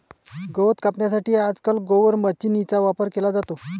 गवत कापण्यासाठी आजकाल मोवर माचीनीचा वापर केला जातो